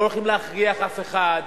אנחנו לא הולכים להכריח אף אחד.